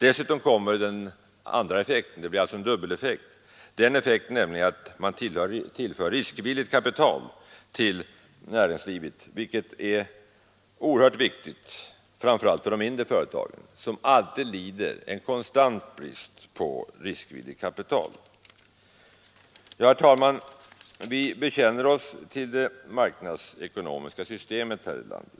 Dessutom kommer den Torsdagen den effekten — det blir alltså en dubbeleffekt — att man tillför riskvilligt 24 maj 1973 kapital till näringslivet, vilket är oerhört viktigt, framför allt för de mindre företagen som alltid lider en konstant brist på sådant kapital. Herr talman! Vi bekänner oss till det marknadsekonomiska systemet här i landet.